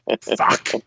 Fuck